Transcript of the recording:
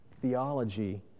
theology